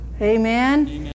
Amen